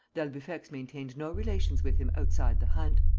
d'albufex maintained no relations with him outside the hunt.